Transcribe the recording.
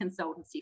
consultancy